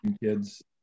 kids